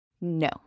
No